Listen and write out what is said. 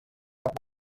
have